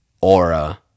aura